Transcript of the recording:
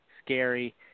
scary